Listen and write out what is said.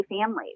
families